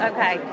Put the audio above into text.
Okay